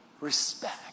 Respect